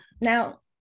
now